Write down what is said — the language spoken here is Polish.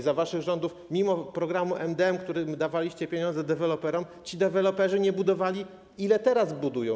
Za waszych rządów, mimo programu MdM, w którym dawaliście pieniądze deweloperom, ci deweloperzy nie budowali tyle, ile teraz budują.